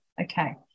Okay